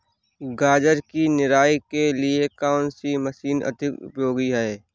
गाजर की निराई के लिए कौन सी मशीन अधिक उपयोगी है?